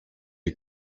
les